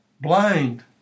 blind